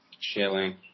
chilling